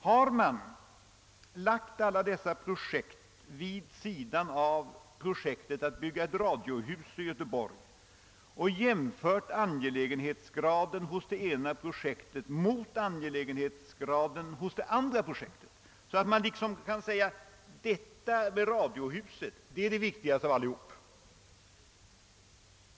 Har man lagt alla dessa projekt vid sidan av projektet att bygga ett radiohus i Göteborg och jämfört angelägenhetsgraden hos det ena projektet med angelägenhetsgraden hos det andra projektet, så att man kan säga, att detta med radiohuset är det vikti gaste av alltsammans?